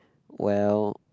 well